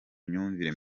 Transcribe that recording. myumvire